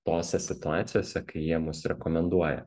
tose situacijose kai jie mus rekomenduoja